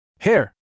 Hair